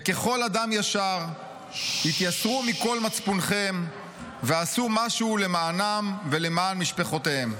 וככל אדם ישר התייסרו מקול מצפונכם ועשו משהו למענם ולמען משפחותיהם.